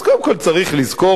אז קודם כול צריך לזכור,